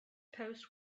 post